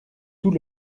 tout